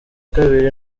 kabiri